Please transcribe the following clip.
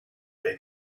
day